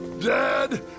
Dad